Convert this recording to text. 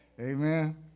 Amen